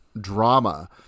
drama